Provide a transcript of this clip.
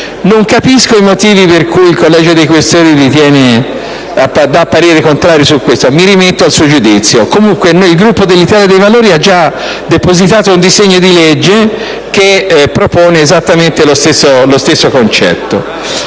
Non capisco il motivo per cui il Collegio dei senatori Questori esprima parere contrario, ma mi rimetto al suo giudizio. Comunque, il Gruppo dell'Italia dei Valori ha già depositato un disegno di legge che propone esattamente lo stesso concetto.